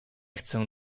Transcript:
chcę